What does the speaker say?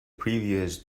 previous